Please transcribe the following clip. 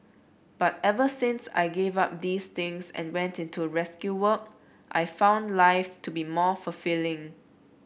but ever since I gave up these things and went into rescue work I've found life to be more fulfilling